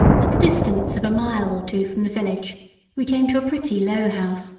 at the distance of a mile or two from the village we came to a pretty, low house,